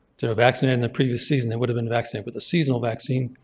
they were vaccinated the previous season, they would have been vaccinated with a seasonal vaccine.